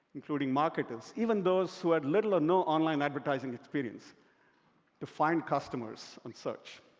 including marketers even those who had little or no online advertising experience to find customers on search.